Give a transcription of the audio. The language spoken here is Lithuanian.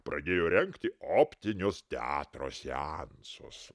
pradėjo rengti optinius teatro seansus